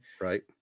Right